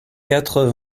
quatre